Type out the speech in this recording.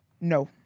No